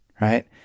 right